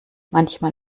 manchmal